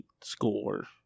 score